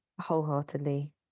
wholeheartedly